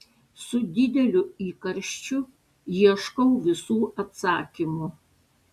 su dideliu įkarščiu ieškau visų atsakymų